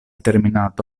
terminato